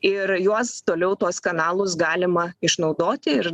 ir juos toliau tuos kanalus galima išnaudoti ir